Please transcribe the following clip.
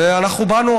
ואנחנו באנו,